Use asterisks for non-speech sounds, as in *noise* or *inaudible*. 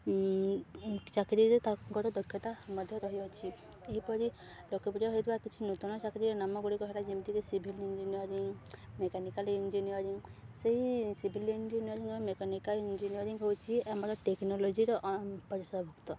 ଚାକିରିରେ ତାଙ୍କର ଦକ୍ଷତା ମଧ୍ୟ ରହିଅଛି ଏହିପରି *unintelligible* ହେଉଥିବା କିଛି ନୂତନ ଚାକିରିର ନାମଗୁଡ଼ିକ ହେଲା ଯେମିତିକି ସିଭିଲ୍ ଇଞ୍ଜିନିୟରିଂ ମେକାନିକାଲ୍ ଇଞ୍ଜିନିୟରିଂ ସେହି ସିଭିଲ୍ ଇଞ୍ଜିନିୟରିଂ ଓ ମେକାନିକାଲ୍ ଇଞ୍ଜିନିୟରିଂ ହେଉଛି ଆମର ଟେକ୍ନୋଲୋଜିର ପରିଶବ୍ଦ